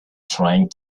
trying